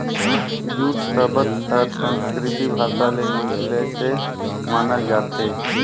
jute सबद हर संस्कृति भासा ले निकलिसे मानल जाथे